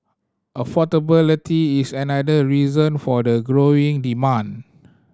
affordability is another reason for the growing demand